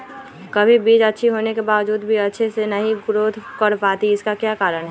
कभी बीज अच्छी होने के बावजूद भी अच्छे से नहीं ग्रोथ कर पाती इसका क्या कारण है?